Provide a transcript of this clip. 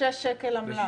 ב-6 שקל עמלה.